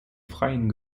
freien